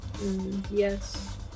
Yes